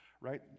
Right